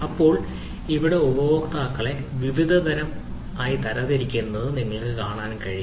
ഇപ്പോൾ അവിടെ ഉപഭോക്താക്കളെ വിവിധ തരം ഉപഭോക്താക്കളായി തരംതിരിക്കാമെന്ന് നിങ്ങൾക്ക് കാണാൻ കഴിയും